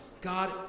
God